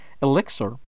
Elixir